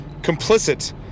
Complicit